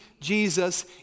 Jesus